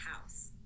house